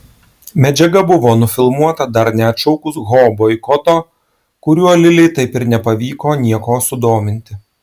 medžiaga buvo nufilmuota dar neatšaukus ho boikoto kuriuo lilei taip ir nepavyko nieko sudominti